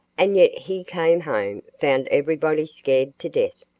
and yet he came home, found everybody scared to death,